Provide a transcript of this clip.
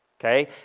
okay